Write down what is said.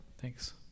Thanks